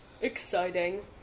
Exciting